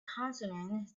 consonant